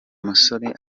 musoni